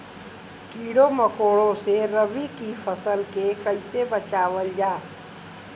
कीड़ों मकोड़ों से रबी की फसल के कइसे बचावल जा?